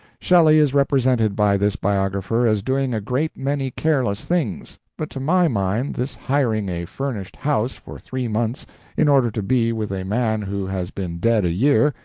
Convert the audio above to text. shelley is represented by this biographer as doing a great many careless things, but to my mind this hiring a furnished house for three months in order to be with a man who has been dead a year,